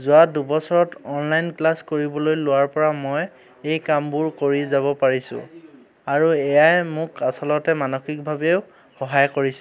যোৱা দুবছৰত online class কৰিবলৈ লোৱাৰ পৰা মই এই কামবোৰ কৰি যাব পাৰিছোঁ আৰু এয়াই মোক আচলতে মানসিকভাৱেও সহায় কৰিছে